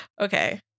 Okay